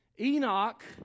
Enoch